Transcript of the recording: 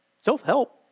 Self-help